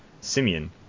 Simeon